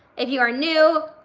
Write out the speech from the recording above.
if you are new,